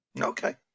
Okay